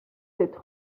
cette